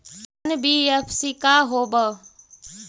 NBFC का होब?